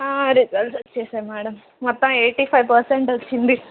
results వచ్చాయి madam మొత్తం eighty five percent వచ్చింది